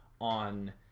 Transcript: on